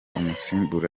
umusimbura